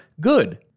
Good